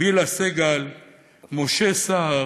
בלהה סגל-גזליוס, משה סהר,